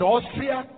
Austria